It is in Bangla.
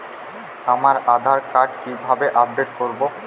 আমার আধার কার্ড কিভাবে আপডেট করব?